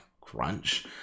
Crunch